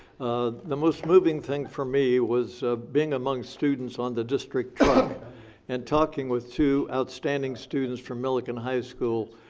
the most moving thing for me was being among students on the district and talking with two outstanding students from millikan high school.